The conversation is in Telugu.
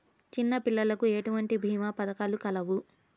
చిన్నపిల్లలకు ఎటువంటి భీమా పథకాలు కలవు?